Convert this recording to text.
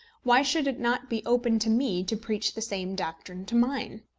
why should it not be open to me to preach the same doctrine to mine.